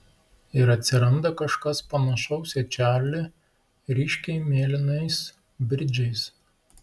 ir atsiranda kažkas panašaus į čarlį ryškiai mėlynais bridžais